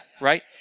right